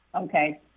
Okay